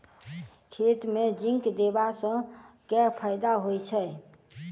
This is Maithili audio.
खेत मे जिंक देबा सँ केँ फायदा होइ छैय?